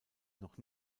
noch